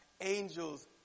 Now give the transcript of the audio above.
Angels